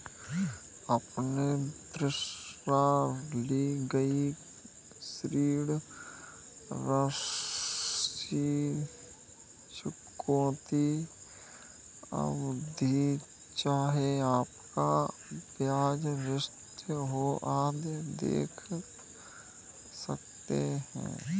अपने द्वारा ली गई ऋण राशि, चुकौती अवधि, चाहे आपका ब्याज स्थिर हो, आदि देख सकते हैं